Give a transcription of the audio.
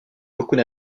beaucoup